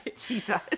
jesus